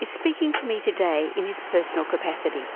is speaking to me today in his personal capacity.